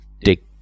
dig